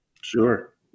sure